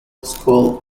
school